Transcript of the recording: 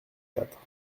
quatre